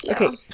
Okay